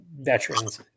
veterans